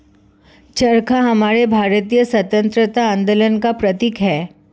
चरखा हमारे भारतीय स्वतंत्रता आंदोलन का प्रतीक है